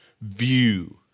view